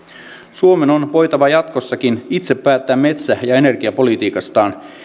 suomen on voitava jatkossakin itse päättää metsä ja energiapolitiikastaan